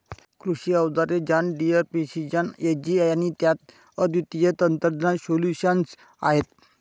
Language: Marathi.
कृषी अवजारे जॉन डियर प्रिसिजन एजी आणि त्यात अद्वितीय तंत्रज्ञान सोल्यूशन्स आहेत